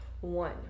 one